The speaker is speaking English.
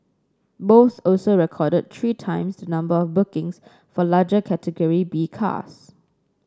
both also recorded three times number of bookings for larger Category B cars